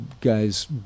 guys